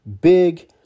big